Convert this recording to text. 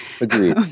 Agreed